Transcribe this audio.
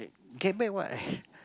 get back what